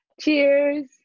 Cheers